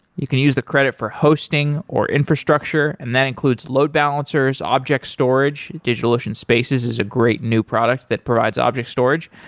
you can use the credit for hosting, or infrastructure and that includes load balancers, object storage, digitalocean spaces is a great new product that provides object storage,